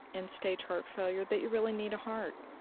end-stage heart failure that you really need a heart.